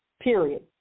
Period